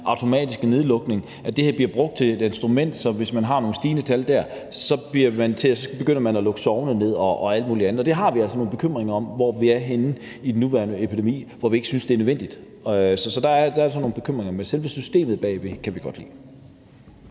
automatiske nedlukning; at det her bliver brugt som et instrument, så hvis man har nogle stigende tal der, begynder man at lukke sogne ned og alt muligt andet. Vi har altså nogle bekymringer om, i forhold til hvor vi er henne i den nuværende epidemi, hvor vi ikke synes det er nødvendigt. Så der er altså nogle bekymringer, men selve systemet bag kan vi godt lide.